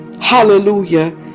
hallelujah